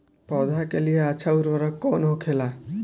पौधा के लिए अच्छा उर्वरक कउन होखेला?